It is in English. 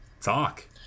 talk